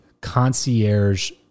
concierge